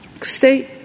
State